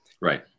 Right